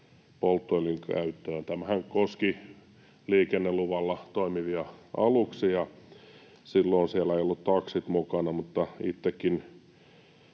polttoöljyn käyttöön”. Tämähän koski liikenneluvalla toimivia aluksia. Silloin siellä ei ollut takseja mukana, mutta itsekin